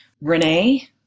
Renee